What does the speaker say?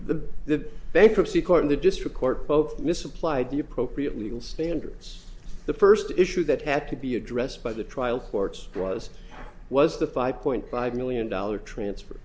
the bankruptcy court and the district court both misapplied the appropriate legal standards the first issue that had to be addressed by the trial courts was was the five point five million dollar transfer